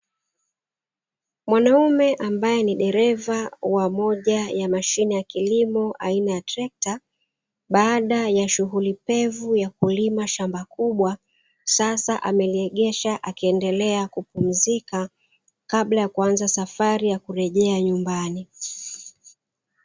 Mwanaume ambaye ni dereva wa moja ya mashine ya kilimo aina ya trekta, baada ya shughuli pevu ya kulima shamba kubwa, sasa ameiegesha akiendelea kupumzika, kabla ya kuanza safari ya kwenda nyumbani.